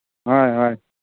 ꯍꯣꯏ ꯍꯣꯏ